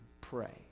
pray